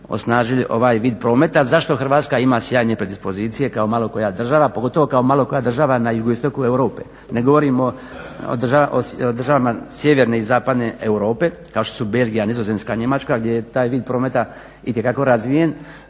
osnažili ovaj vid prometa. Zašto Hrvatska ima sjajne predispozicije kao malo koja država, pogotovo kao malo koja država na jugoistoku Europe? Ne govorimo o državama sjeverne i zapadne Europe, kao što su Belgija, Nizozemska, Njemačka gdje je taj vid prometa itekako razvijen,